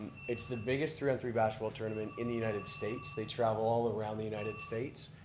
it's the biggest three on three basketball tournament in the united states, they travel all around the united states.